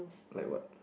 like what